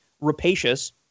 rapacious